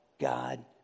God